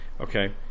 Okay